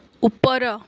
ଉପର